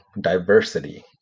diversity